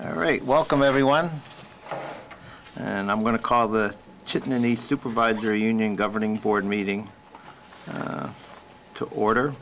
all right welcome everyone and i'm going to call the chicken and the supervisor union governing board meeting to order